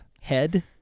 Head